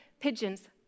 pigeons